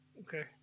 okay